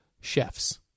chefs